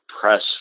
press